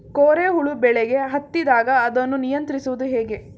ಕೋರೆ ಹುಳು ಬೆಳೆಗೆ ಹತ್ತಿದಾಗ ಅದನ್ನು ನಿಯಂತ್ರಿಸುವುದು ಹೇಗೆ?